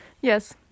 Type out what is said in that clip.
yes